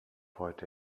heute